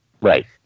Right